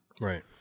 Right